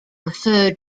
referred